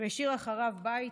והשאיר אחריו בית,